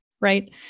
right